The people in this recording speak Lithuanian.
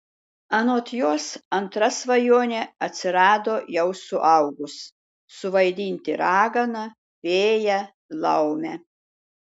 anot jos antra svajonė atsirado jau suaugus suvaidinti raganą fėją laumę